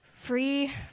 Free